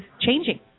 changing